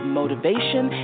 motivation